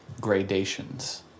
gradations